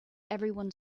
everyone